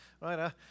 right